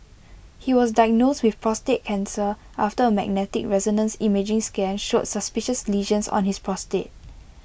he was diagnosed with prostate cancer after A magnetic resonance imaging scan showed suspicious lesions on his prostate